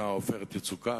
שנקרא "עופרת יצוקה".